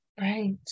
right